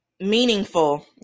meaningful